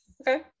Okay